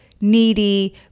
needy